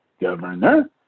Governor